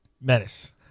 Menace